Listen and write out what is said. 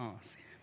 ask